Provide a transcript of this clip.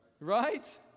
Right